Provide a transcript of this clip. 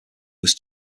was